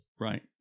Right